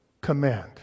command